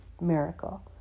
Miracle